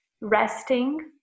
resting